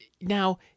Now